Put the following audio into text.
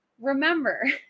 remember